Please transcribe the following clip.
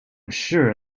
sure